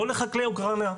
לא לחקלאי אוקראינה,